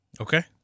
Okay